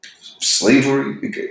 slavery